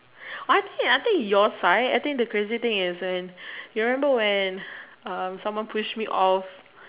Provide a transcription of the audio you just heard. I think I think your side I think the crazy thing is when you remember when someone pushed me off